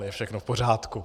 Je všechno v pořádku.